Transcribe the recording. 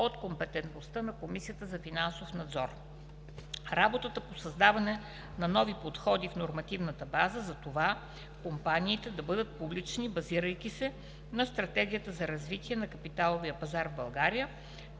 от компетентността на Комисията за финансов надзор. - Работа по създаване на нови подходи в нормативната база за това компаниите да бъдат публични, базирайки се на Стратегията за развитие на капиталовия пазар в България,